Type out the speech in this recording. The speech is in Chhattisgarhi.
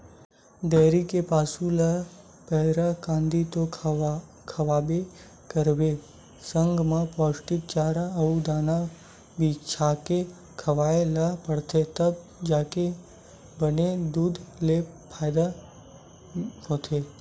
डेयरी के पसू ल पैरा, कांदी तो खवाबे करबे संग म पोस्टिक चारा अउ दाना बिसाके खवाए ल परथे तब जाके बने दूद ले फायदा होथे